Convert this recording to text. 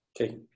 Okay